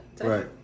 Right